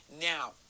Now